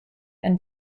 and